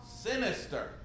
Sinister